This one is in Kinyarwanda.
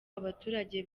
abaturage